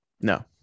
No